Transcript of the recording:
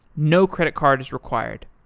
no credit card is required.